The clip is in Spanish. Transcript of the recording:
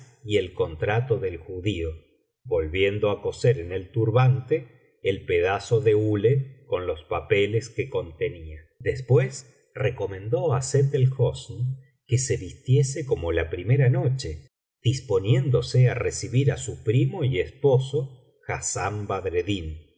y el contrato del judío volviendo á coser en el turbante el pedazo de hule con los papeles que contenía biblioteca valenciana generalitat valenciana histobia del visir nüreddin después recomendó á sett el hosn que se vistiese como la primera noche disponiéndose á recibir á su primo y esposo hassán badreddin y